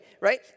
right